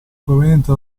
proveniente